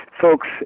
folks